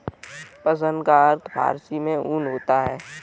पश्म का अर्थ फारसी में ऊन होता है